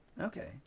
Okay